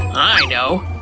i know!